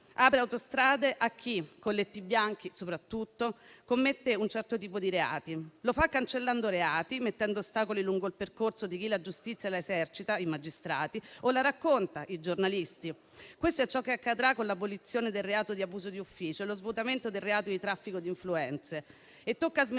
apre autostrade a chi - colletti bianchi soprattutto - commette un certo tipo di reati. Lo fa cancellando reati, mettendo ostacoli lungo il percorso di chi la giustizia la esercita (i magistrati) o la racconta (i giornalisti). Questo è ciò che accadrà con l'abolizione del reato di abuso d'ufficio e lo svuotamento del reato di traffico di influenze. Tocca smentire